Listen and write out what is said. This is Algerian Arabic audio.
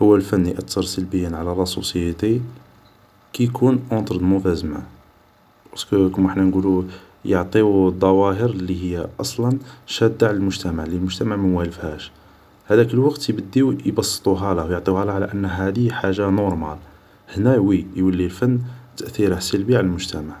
هو الفن يأثر سلبيا على لاسوسيتي كي يكون اونتر دوموفيز مان باسكو كيما احنا نقولو يعطيو الظواهر لي هيا أصلا شادة على المجتمع لي المجتمع موالفهاش هداك الوقت يبديو يبسطوهاله و يعطيوهاله على انه هادي حاجة نورمال هنا وي يولي الفن تأثيره سلبي على المجتمع